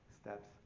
steps